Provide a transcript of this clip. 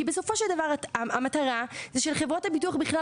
כי בסופו של דבר המטרה היא שלחברות הביטוח בכלל